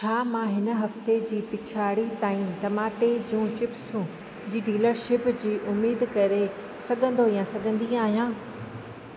छा मां हिन हफ़्ते जी पिछाड़ीअ ताईं टमाटे जूं चिप्सूं जी डीलरशिप जी उमेदु करे सघंदो या सघंदी आहियां